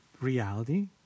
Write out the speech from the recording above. reality